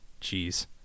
Jeez